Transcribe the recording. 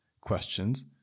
questions